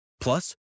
Plus